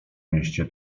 mieście